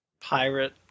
Pirate